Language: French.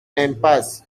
impasse